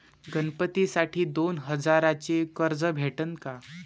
गणपतीसाठी दोन हजाराचे कर्ज भेटन का?